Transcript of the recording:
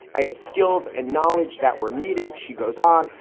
i had skills and knowledge that were needed, she goes on.